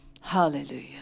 Hallelujah